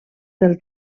del